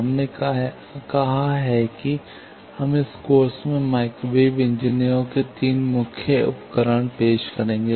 हमने कहा है कि हम इस कोर्स में माइक्रोवेव इंजीनियरों के 3 मुख्य उपकरण पेश करेंगे